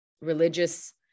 religious